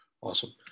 awesome